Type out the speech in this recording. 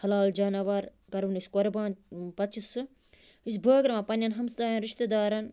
حلال جاناوار کَرٕون أسۍ قربان پَتہٕ چھِ سُہ أسۍ بٲگٕراوان پَنٛنیٚن ہمسایَن رِشتہٕ دارَن